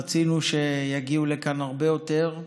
רצינו שיגיעו לכאן הרבה יותר,